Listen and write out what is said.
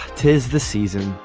tis the season.